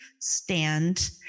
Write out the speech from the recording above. stand